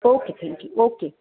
okay thank you okay